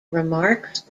remarks